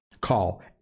Call